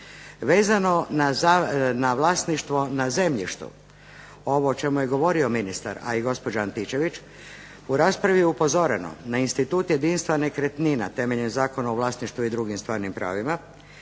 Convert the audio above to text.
Vezano na vlasništvo na zemljištu, ovo o čemu je govorio ministar, a i gospođa Antičević, u raspravi je upozoreno na institut jedinstva nekretnina, temeljem Zakona o vlasništvu i drugim stvarnim pravima,